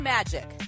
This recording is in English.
Magic